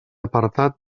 apartat